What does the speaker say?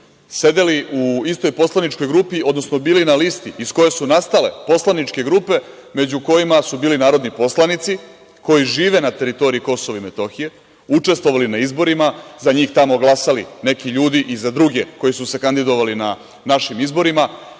sedeli u istoj poslaničkoj grupi, odnosno bili na listi iz koje su nastale poslaničke grupe među kojima su bili narodni poslanici koji žive na teritoriji KiM, učestvovali na izborima, za njih tamo glasali neki ljudi i za druge koji su se kandidovali na našim izborima